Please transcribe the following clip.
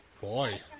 Boy